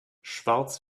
schwarz